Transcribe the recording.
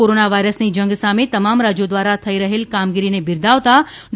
corona વાયરસની જંગ સામે તમામ રાજ્યો દ્વારા થઇ રહેલ કામગીરીને બિરદાવતાં ડો